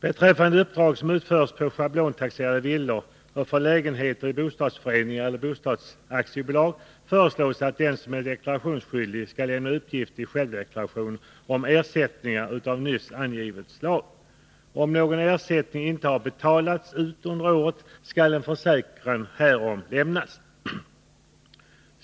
Beträffande uppdrag som utförs på schablontaxerade villor och för lägenheter i bostadsföreningar eller bostadsaktiebolag föreslås att den som är deklarationsskyldig skall lämna uppgift i självdeklarationen om ersättningar av nyss angivet slag. Om någon ersättning inte har betalats ut under året skall en försäkran härom lämnas.